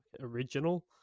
Original